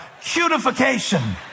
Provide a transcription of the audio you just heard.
Cutification